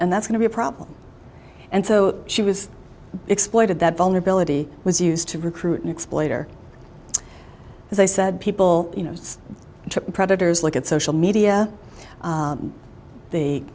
and that's going to be a problem and so she was exploited that vulnerability was used to recruit an exploiter as i said people you know predators look at social media